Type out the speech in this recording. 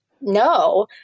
no